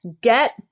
Get